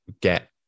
get